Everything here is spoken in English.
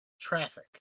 traffic